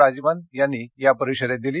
राजीवन यांनी या परिषदेत दिली